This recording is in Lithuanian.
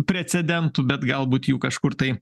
precedentų bet galbūt jau kažkur tai